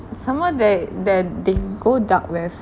some more they there they go dark very